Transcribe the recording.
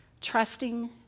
Trusting